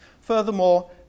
Furthermore